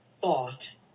thought